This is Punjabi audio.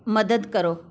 ਮਦਦ ਕਰੋ